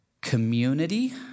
Community